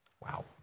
Wow